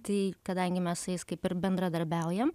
tai kadangi mes su jais kaip ir bendradarbiaujam